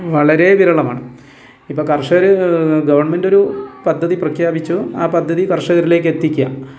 വളരെ വിരളമാണ് ഇപ്പം കർഷകർ ഗവൺമെൻ്റൊരു പദ്ധതി പ്രഖാപിച്ചു ആ പദ്ധതി കർഷകരിലേക്ക് എത്തിക്കുക